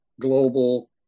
global